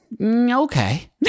Okay